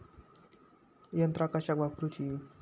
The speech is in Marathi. यंत्रा कशाक वापुरूची?